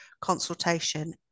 consultation